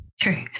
true